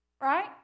right